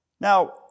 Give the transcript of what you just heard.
Now